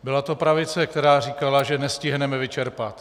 Byla to pravice, která říkala, že nestihneme vyčerpat.